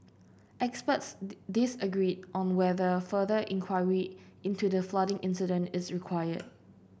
experts disagreed on whether further inquiry into the flooding incident is required